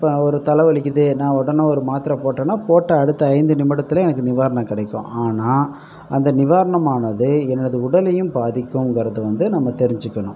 இப்போ ஒரு தலைவலிக்குது நான் உடனே ஒரு மாத்திரை போட்டானா போட்ட அடுத்த ஐந்து நிமிடத்தில் எனக்கு நிவாரணம் கிடைக்கும் ஆனால் அந்த நிவாரணம் ஆனது எனது உடலையும் பாதிக்குங்கிறது வந்து நம்ம தெரிஞ்சுக்கணும்